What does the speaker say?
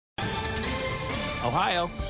Ohio